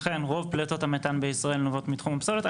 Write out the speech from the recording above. אכן רוב פליטות המתאן בישראל נובעות מתחום הפסולת.